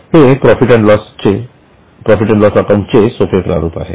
हे profit and loss account चे सोपे प्रारूप आहे